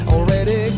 Already